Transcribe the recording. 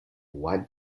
what